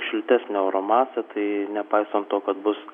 šiltesnio oro masę tai nepaisant to kad bus